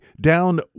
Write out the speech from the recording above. down